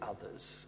others